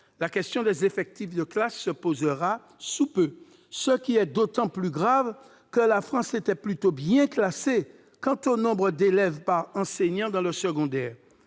la question des effectifs des classes se posera sous peu, ce qui est d'autant plus grave que la France était plutôt bien classée quant au nombre d'élèves par enseignant dans le secondaire.